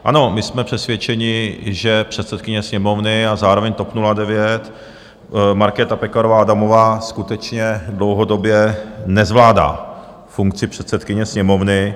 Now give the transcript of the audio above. Ano, my jsme přesvědčeni, že předsedkyně Sněmovny a zároveň TOP 09 Markéta Pekarová Adamová skutečně dlouhodobě nezvládá funkci předsedkyně Sněmovny.